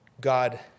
God